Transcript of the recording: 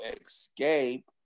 escape